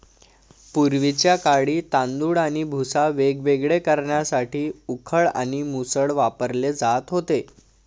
पूर्वीच्या काळी तांदूळ आणि भुसा वेगवेगळे करण्यासाठी उखळ आणि मुसळ वापरले जात होते